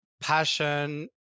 passion